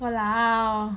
!walao!